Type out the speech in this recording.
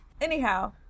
anyhow